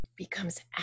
becomes